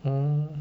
oh